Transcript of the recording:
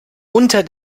unter